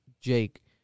Jake